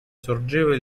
sorgeva